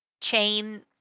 chain